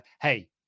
hey